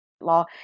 law